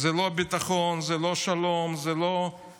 זה לא ביטחון, זה לא שלום, זה לא חזון.